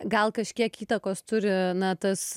gal kažkiek įtakos turi na tas